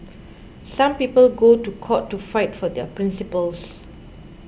some people go to court to fight for their principles